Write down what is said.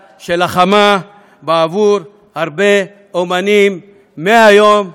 בעבור הרבה אמנים, מהיום והלאה,